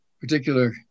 particular